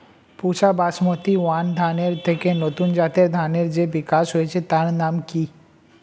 পুসা Basmati one ধানের থেকে নতুন জাতের ধানের যে বিকাশ হয়েছে তার নাম কি?